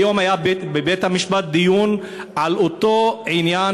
היום היה בבית-המשפט דיון על אותו עניין